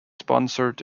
sponsored